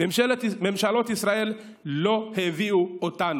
ממשלות ישראל לא הביאו אותנו,